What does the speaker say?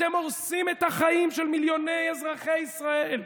אתם הורסים את החיים של מיליוני אזרחי ישראל,